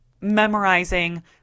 memorizing